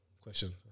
Question